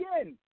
again